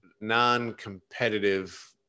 non-competitive